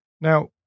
Now